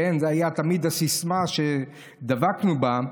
זו הייתה הסיסמה שתמיד דבקנו בה,